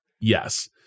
yes